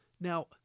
Now